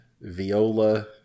viola